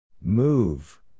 Move